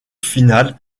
finale